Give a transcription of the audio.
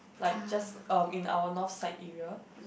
like just uh in our north side area